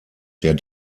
der